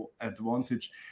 advantage